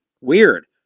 Weird